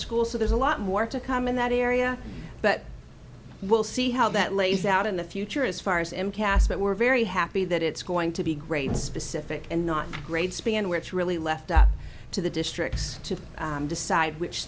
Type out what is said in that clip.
school so there's a lot more to come in that area but we'll see how that plays out in the future as far as him cast but we're very happy that it's going to be great specific and not great span where it's really left up to the districts to decide which